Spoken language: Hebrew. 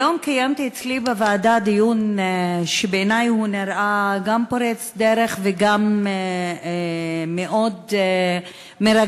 היום קיימתי אצלי בוועדה דיון שבעיני הוא גם פורץ דרך וגם מאוד מרגש,